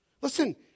Listen